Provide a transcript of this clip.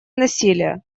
насилие